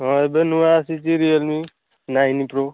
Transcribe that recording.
ହଁ ଏବେ ନୂଆ ଆସିଛି ରିଅଲ ମି ନାଇନ ପ୍ରୋ